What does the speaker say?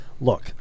look